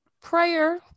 prayer